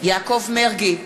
יעקב מרגי,